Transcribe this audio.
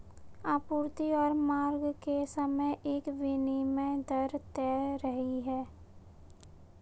आपूर्ति और मांग के समय एक विनिमय दर तैर रही है